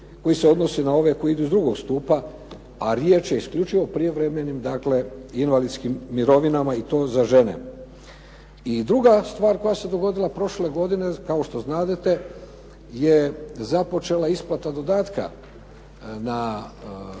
koji se odnosi na ove koji idu iz II. stupa, a riječ je isključivo o privremenim, dakle invalidskim mirovinama i to za žene. I druga stvar koja se dogodila prošle godine, kao što znadete, je započela isplata dodatka na